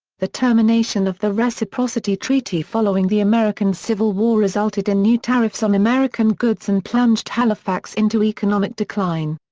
the termination of the reciprocity treaty following the american civil war resulted in new tariffs on american goods and plunged halifax into economic decline.